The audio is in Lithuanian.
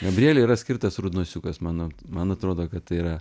gabrieliui yra skirtas rudnosiukas mano man atrodo kad tai yra